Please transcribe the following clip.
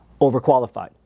overqualified